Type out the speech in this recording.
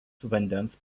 vandens